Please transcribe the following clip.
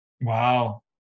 Wow